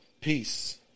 Peace